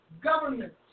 government